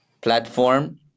platform